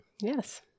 Yes